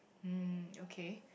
mm okay